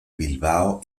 bilbao